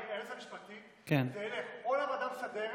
אדוני הקריא שלפי המלצת היועץ המשפטי זה ילך או לוועדה המסדרת